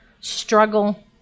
struggle